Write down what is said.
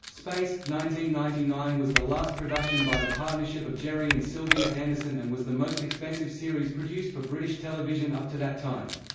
ninety ninety nine was the last production by the partnership of gerry and sylvia anderson and was the most expensive series produced for british television up to that time.